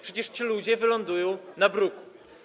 Przecież ci ludzie wylądują na bruku.